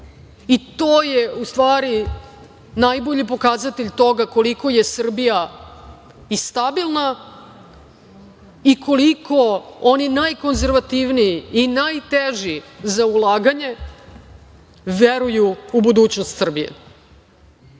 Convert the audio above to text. i to je, u stvari, najbolji pokazatelj toga koliko je Srbija i stabilna i koliko oni najkonzervativniji i najteži za ulaganje veruju u budućnost Srbije. Znajte